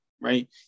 right